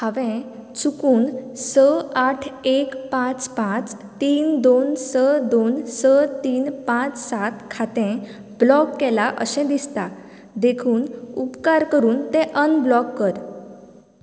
हांवें चुकून स आठ एक पांच पांच तीन दोन स दोन स तीन पांच सात खातें ब्लॉक केलां अशें दिसता देखून उपकार करून तें अनब्लॉक कर